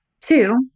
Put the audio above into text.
Two